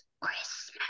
Christmas